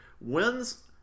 wins